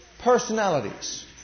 personalities